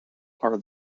are